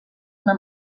una